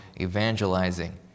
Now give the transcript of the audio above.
evangelizing